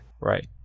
Right